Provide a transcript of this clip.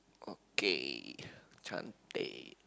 okay cantik